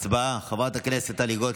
חבר הכנסת אבי מעוז,